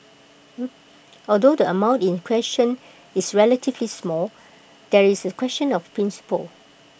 although the amount in question is relatively small there is A question of principle